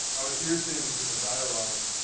i would hear things in the dialogue,